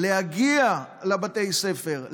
להגיע לבתי הספר,